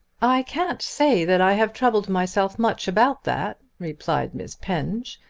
i can't say that i have troubled myself much about that, replied miss penge.